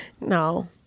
No